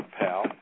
pal